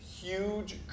huge